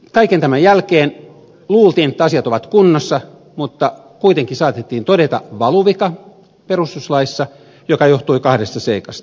kaiken tämän jälkeen luultiin että asiat ovat kunnossa mutta kuitenkin saatettiin todeta perustuslaissa valuvika joka johtui kahdesta seikasta